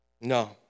No